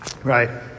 Right